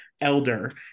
elder